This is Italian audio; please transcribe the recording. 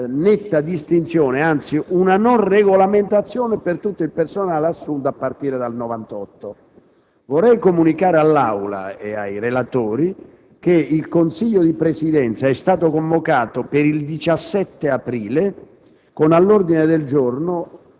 che vede una netta distinzione, anzi una assenza di regolamentazione, per tutto il personale assunto a partire dal 1998. Comunico all'Aula e ai relatori che il Consiglio di Presidenza è stato convocato per il giorno 17 aprile